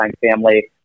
family